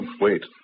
Wait